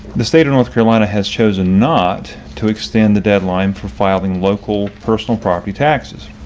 the state of north carolina has chosen not to extend the deadline for filing local personal property taxes.